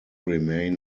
remain